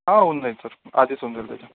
हां होऊन जाईल सर आधीच होऊन जाईल सर त्याचं